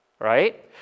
right